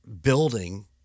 building